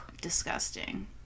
Disgusting